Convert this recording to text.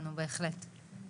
שלום לכולם.